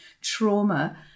trauma